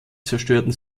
zerstörten